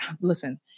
listen